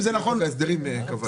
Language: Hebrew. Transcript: חוק ההסדרים קבע את זה.